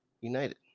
United